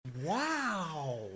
Wow